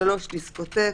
(3) דיסקוטק,